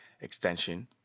extension